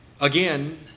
Again